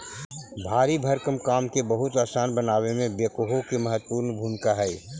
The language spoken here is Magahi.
भारी भरकम काम के बहुत असान बनावे में बेक्हो के महत्त्वपूर्ण भूमिका हई